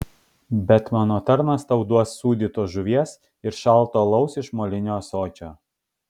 bet mano tarnas tau duos sūdytos žuvies ir šalto alaus iš molinio ąsočio